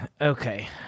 Okay